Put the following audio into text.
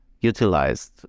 utilized